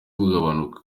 bugabanuka